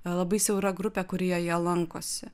labai siaura grupė kurioje jie lankosi